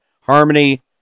Harmony